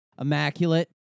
immaculate